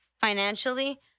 financially